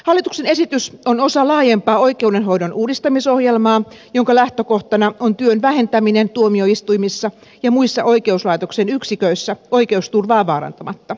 hallituksen esitys on osa laajempaa oikeudenhoidon uudistamisohjelmaa jonka lähtökohtana on työn vähentäminen tuomioistuimissa ja muissa oikeuslaitoksen yksiköissä oikeusturvaa vaarantamatta